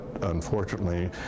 unfortunately